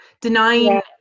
Denying